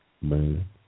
man